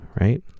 right